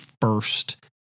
first